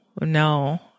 no